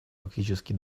фактически